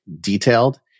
detailed